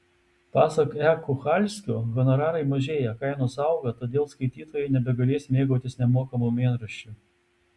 pasak e kuchalskio honorarai mažėja kainos auga todėl skaitytojai nebegalės mėgautis nemokamu mėnraščiu